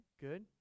Good